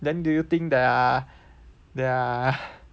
then do you think there are there are